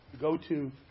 go-to